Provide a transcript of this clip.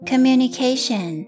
Communication